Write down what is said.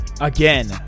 again